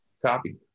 Copy